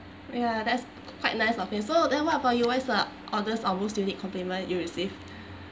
ya that's quite nice of him so then what about you whats uh best or most unique compliment you receive